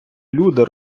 люди